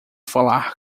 falar